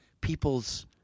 people's –